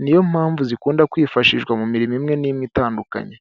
niyo mpamvu zikunda kwifashishwa mu mirimo imwe n'imwe itandukanye.